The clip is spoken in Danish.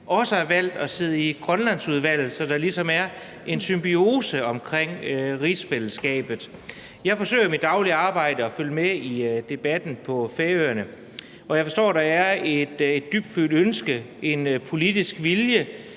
også har valgt at sidde i Grønlandsudvalget, så der ligesom er en symbiose omkring rigsfællesskabet. Jeg forsøger i mit daglige arbejde at følge med i debatten på Færøerne, og jeg forstår, at der er et dybfølt ønske om og en politisk vilje